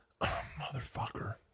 motherfucker